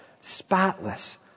Spotless